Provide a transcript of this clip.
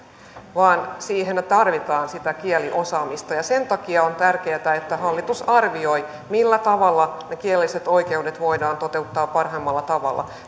vaan siihen tarvitaan sitä kieliosaamista sen takia on tärkeätä että hallitus arvioi millä tavalla ne kielelliset oikeudet voidaan toteuttaa parhaimmalla tavalla